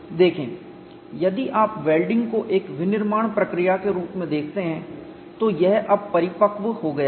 देखें यदि आप वेल्डिंग को एक विनिर्माण प्रक्रिया के रूप में देखते हैं तो यह अब परिपक्व हो गया है